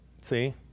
See